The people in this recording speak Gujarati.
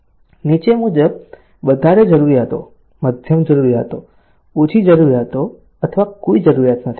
નીચે મુજબ વધારે જરૂરિયાતો મધ્યમ જરૂરિયાતો ઓછી જરૂરિયાતો અથવા કોઈ જરૂર નથી